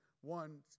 one